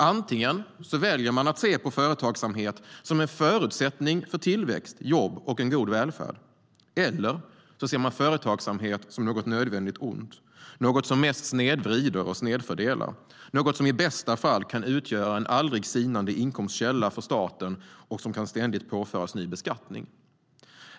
Antingen väljer man att se på företagsamhet som en förutsättning för tillväxt, jobb och en god välfärd eller så ser man företagsamhet som något nödvändigt ont, något som mest snedvrider och snedfördelar och något som i bästa fall kan utgöra en aldrig sinande inkomstkälla för staten och som ständigt kan påföras ny beskattning.